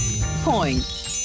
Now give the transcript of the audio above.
point